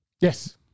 Yes